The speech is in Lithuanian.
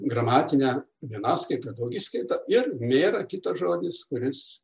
gramatinę vienaskaitą daugiskaitą ir mėra kitas žodis kuris